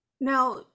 Now